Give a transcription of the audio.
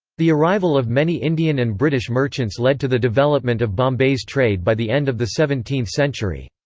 the arrival of many indian and british merchants led to the development of bombay's trade by the end of the seventeenth century.